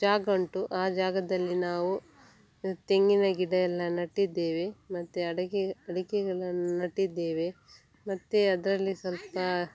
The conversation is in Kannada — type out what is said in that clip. ಜಾಗ ಉಂಟು ಆ ಜಾಗದಲ್ಲಿ ನಾವು ತೆಂಗಿನ ಗಿಡಯೆಲ್ಲ ನೆಟ್ಟಿದ್ದೇವೆ ಮತ್ತು ಅಡಿಕೆ ಅಡಿಕೆಗಳನ್ನು ನೆಟ್ಟಿದ್ದೇವೆ ಮತ್ತು ಅದರಲ್ಲಿ ಸ್ವಲ್ಪ